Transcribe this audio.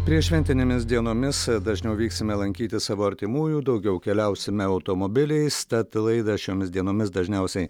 prieššventinėmis dienomis dažniau vyksime lankyti savo artimųjų daugiau keliausime automobiliais tad laidą šiomis dienomis dažniausiai